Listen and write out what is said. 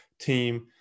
team